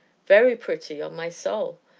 very pretty, on my soul!